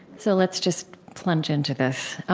so let's just plunge into this.